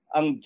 Ang